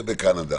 בקנדה,